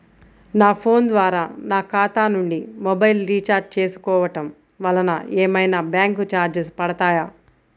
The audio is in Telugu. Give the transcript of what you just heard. నా ఫోన్ ద్వారా నా ఖాతా నుండి మొబైల్ రీఛార్జ్ చేసుకోవటం వలన ఏమైనా బ్యాంకు చార్జెస్ పడతాయా?